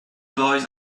boys